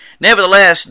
Nevertheless